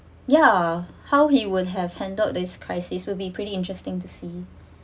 yeah how he would have handled this crisis will be pretty interesting to see